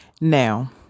Now